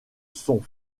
son